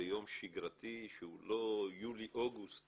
ביום שגרתי שהוא לא יולי אוגוסט